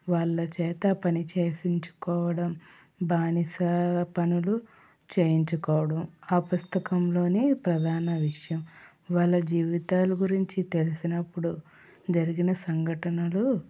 వాళ్ళ చేత పని చేయించుకోవడం బానిస పనులు చేయించుకోవడం ఆ పుస్తకంలోని ప్రధాన విషయం వాళ్ళ జీవితాల గురించి తెలిసినప్పుడు జరిగిన సంఘటనలు